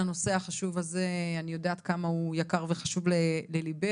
הנושא החשוב הזה אני יודעת כמה הוא יקר וחשוב לליבך.